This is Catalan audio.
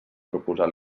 proposar